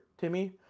timmy